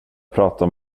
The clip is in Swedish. pratar